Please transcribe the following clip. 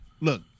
Look